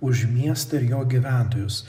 už miestą ir jo gyventojus